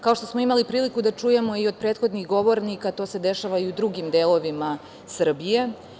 Kao što smo imali priliku da čujemo i od prethodnih govornika, to se dešava i u drugim delovima Srbije.